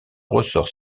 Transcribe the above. ressort